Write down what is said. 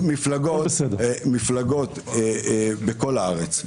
אני רואה מפלגות בכל הארץ.